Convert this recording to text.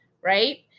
right